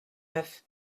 neuf